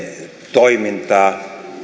toimintaa